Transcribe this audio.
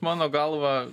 mano galva